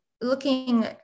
looking